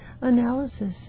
analysis